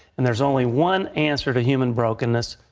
and there is only one answer to human brokenness,